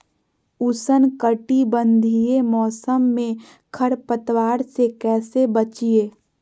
उष्णकटिबंधीय मौसम में खरपतवार से कैसे बचिये?